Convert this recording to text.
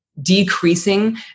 decreasing